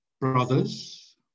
brothers